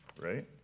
right